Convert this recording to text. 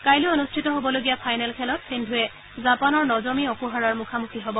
কাইলৈ অনূষ্ঠিত হ'বলগীয়া ফাইনেল খেলত সিন্ধুৰে জাপানৰ ন'জমি অ'কুহাৰাৰ মুখামুখি হ'ব